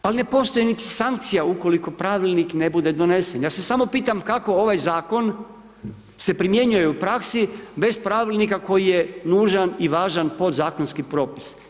Ali ne postoji niti sankcija ukoliko pravilnik ne bude donesen, ja se samo pitam kako ovaj zakon se primjenjuje u praksi bez pravilnika koji je nužan i važan podzakonski propis.